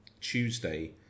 Tuesday